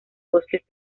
bosques